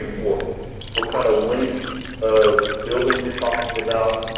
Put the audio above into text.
what kind of length of building you're talking about,